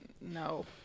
No